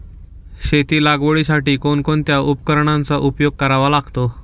शेती लागवडीसाठी कोणकोणत्या उपकरणांचा उपयोग करावा लागतो?